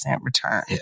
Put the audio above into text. return